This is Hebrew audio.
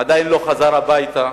עדיין לא חזר הביתה.